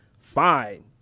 fine